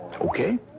Okay